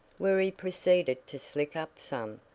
where he proceeded to slick up some,